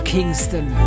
Kingston